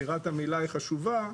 בחירת המילה היא חשובה.